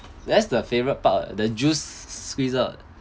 that's the favorite part the juice squeezed out